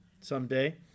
someday